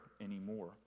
anymore